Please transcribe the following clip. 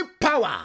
power